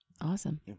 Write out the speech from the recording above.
Awesome